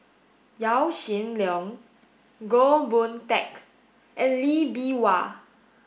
Yaw Shin Leong Goh Boon Teck and Lee Bee Wah